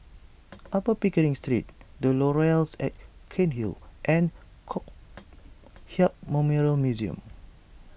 Upper Pickering Street the Laurels at Cairnhill and Kong Hiap Memorial Museum